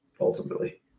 ultimately